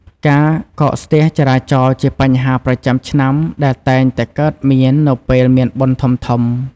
ការកកស្ទះចរាចរណ៍ជាបញ្ហាប្រចាំឆ្នាំដែលតែងតែកើតមាននៅពេលមានបុណ្យធំៗ។